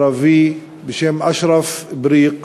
ערבי בשם אשרף בריק,